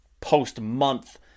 post-month